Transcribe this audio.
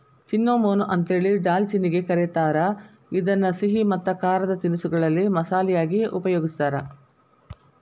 cinnamon ಅಂತೇಳಿ ದಾಲ್ಚಿನ್ನಿಗೆ ಕರೇತಾರ, ಇದನ್ನ ಸಿಹಿ ಮತ್ತ ಖಾರದ ತಿನಿಸಗಳಲ್ಲಿ ಮಸಾಲಿ ಯಾಗಿ ಉಪಯೋಗಸ್ತಾರ